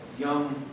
young